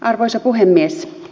arvoisa puhemies